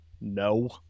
no